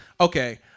Okay